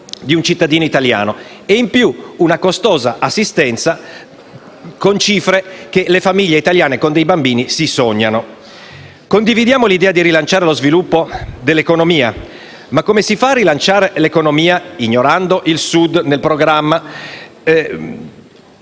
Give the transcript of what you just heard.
di un cittadino italiano e, in più, una costosa assistenza con cifre che le famiglie italiane con dei bambini sognano. Condividiamo l'idea di rilanciare lo sviluppo dell'economia, ma come si fa a rilanciare l'economia ignorando il Sud nel programma,